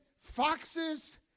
Foxes